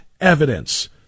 evidence